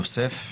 יוסף,